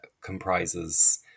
comprises